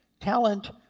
Talent